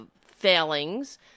failings